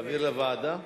להעביר לוועדה?